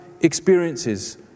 experiences